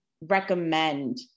recommend